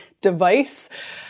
device